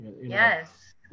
Yes